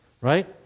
right